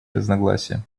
разногласия